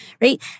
right